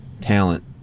talent